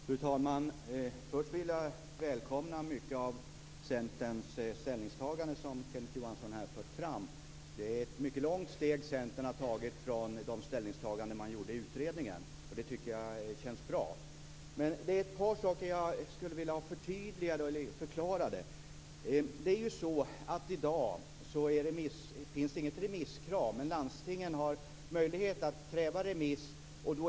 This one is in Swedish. Fru talman! Först vill jag välkomna stora delar av Centerns ställningstagande, som Kenneth Johansson här fört fram. Det är ett mycket långt steg Centern har tagit från de ställningstaganden man gjorde i utredningen. Det tycker jag känns bra. Men det är ett par saker jag skulle vilja ha förtydligade och förklarade. I dag finns det inget remisskrav, men landstingen har möjlighet att kräva remiss.